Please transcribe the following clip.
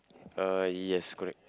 uh yes correct